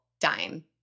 dime